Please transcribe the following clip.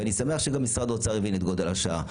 אני שמח שגם משרד האוצר הבין את גודל השעה.